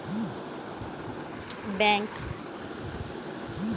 বড়ো রকমের ব্যবস্থা যাতে অর্থনীতির হিসেবে নিকেশ দেখা হয়